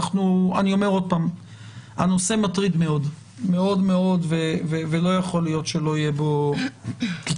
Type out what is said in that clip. אני אומר שוב שהנושא מטריד מאוד מאוד ולא יכול להיות שלא יהיה בו פתרון.